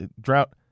drought